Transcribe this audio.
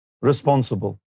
responsible